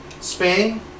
Spain